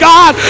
God